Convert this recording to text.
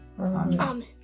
Amen